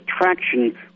traction